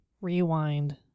rewind